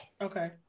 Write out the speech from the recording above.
Okay